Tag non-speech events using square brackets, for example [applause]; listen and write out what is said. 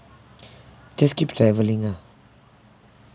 [breath] just keep traveling ah